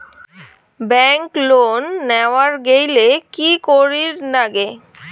Bank loan নেওয়ার গেইলে কি করীর নাগে?